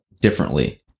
differently